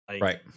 right